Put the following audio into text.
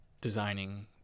designing